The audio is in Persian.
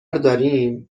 داریم